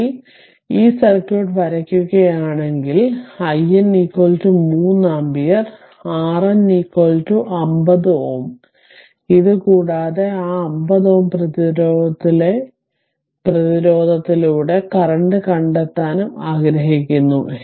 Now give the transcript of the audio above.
ഒടുവിൽ ഈ സർക്യൂട്ട് വരയ്ക്കുകയാണെങ്കിൽ അതിനാൽ IN 3 ആമ്പിയർ RN 50 Ω ഇത് കൂടാതെ ആ 50 Ω പ്രതിരോധത്തിലൂടെ കറന്റ് കണ്ടെത്താനും ആഗ്രഹിക്കുന്നു